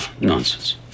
nonsense